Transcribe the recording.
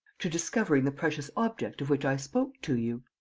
to discovering the precious object of which i spoke to you.